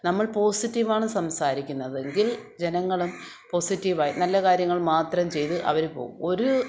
നമ്മൾ പോസിറ്റീവ് ആണു സംസാരിക്കുന്നതെങ്കിൽ ജനങ്ങളും പോസിറ്റീവ് ആയി നല്ലകാര്യങ്ങൾ മാത്രം ചെയ്തു അവരു പോകും ഒരു